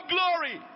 Glory